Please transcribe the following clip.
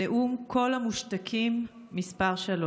נאום קול המשותקים מס' 3: